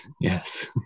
yes